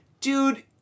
dude